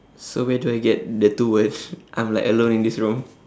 so where do I get the two word I'm like alone in this room